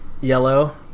yellow